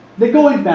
they go in